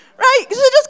right